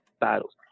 battles